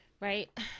right